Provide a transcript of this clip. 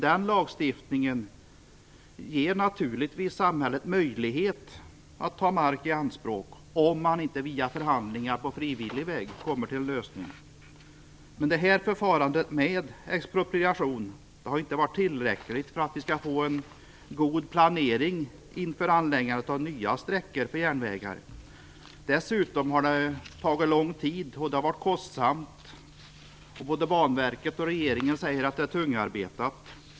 Den lagstiftningen ger naturligtvis samhället möjlighet att ta mark i anspråk om man inte kommer till en lösning på frivillig väg via förhandlingar. Men förfarandet med expropriation har inte varit tillräckligt för att vi skall få en god planering inför anläggandet av nya sträckor av järnvägar. Dessutom har det tagit lång tid och varit kostsamt. Både Banverket och regeringen säger att det är tungarbetat.